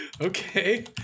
Okay